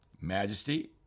majesty